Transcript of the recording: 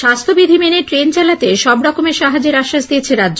স্বাস্থ্যবিধি মেনে ট্রেন চালাতে সবরকমের সাহায্যের আশ্বাস দিয়েছে রাজ্য